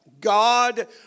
God